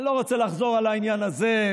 אני לא רוצה לחזור על העניין הזה,